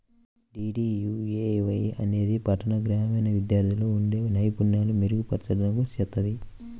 DDUAY అనేది పట్టణ, గ్రామీణ విద్యార్థుల్లో ఉండే నైపుణ్యాలను మెరుగుపర్చడం చేత్తది